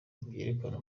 byerekana